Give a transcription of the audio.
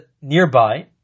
nearby